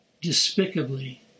despicably